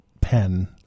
pen